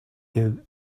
you